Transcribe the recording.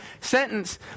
sentence